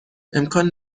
امکان